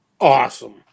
awesome